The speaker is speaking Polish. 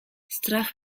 strach